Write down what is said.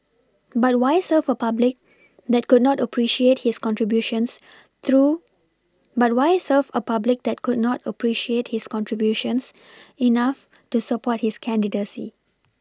but why serve a public that could not appreciate his contributions through but why serve a public that could not appreciate his contributions enough to support his candidacy